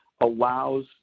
allows